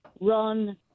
run